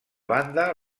banda